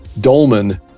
dolman